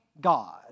god